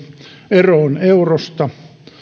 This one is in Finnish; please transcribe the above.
eroon eurosta